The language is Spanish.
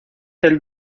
del